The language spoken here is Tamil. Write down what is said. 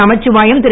நமச்சிவாயம் திரு